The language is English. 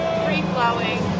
free-flowing